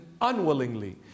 unwillingly